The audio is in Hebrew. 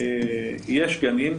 יש גנים.